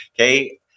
Okay